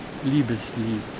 Liebeslied